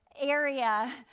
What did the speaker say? area